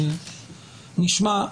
נשמע.